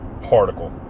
particle